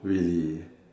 really